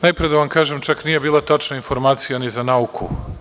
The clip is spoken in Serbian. Najpre da vam kažem, čak nije bila tačna informacija ni za nauku.